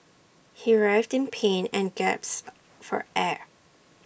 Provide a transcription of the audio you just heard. he writhed in pain and gasps for air